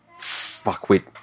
fuckwit